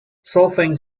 solfaing